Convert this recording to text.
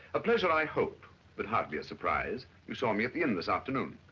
a pleasure i hope but hardly a surprise. you saw me at the inn this afternoon.